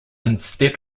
instead